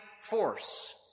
force